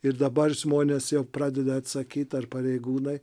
ir dabar žmonės jau pradeda atsakyti ar pareigūnai